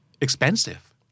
Expensive